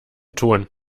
ton